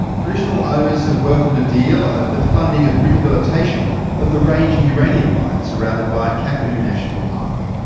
traditional owners have welcomed a deal over the funding of rehabilitation of the ranger uranium mine surrounded by kakadu national park.